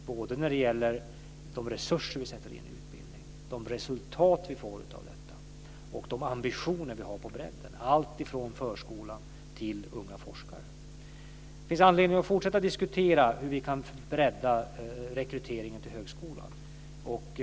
Det är vi när det gäller de resurser vi sätter in i utbildningen, de resultat vi får av detta och de ambitioner vi har på bredden. Det gäller alltifrån förskola till unga forskare. Det finns anledning att fortsätta att diskutera hur vi kan bredda rekryteringen till högskolan.